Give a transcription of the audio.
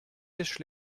dish